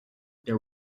there